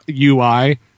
UI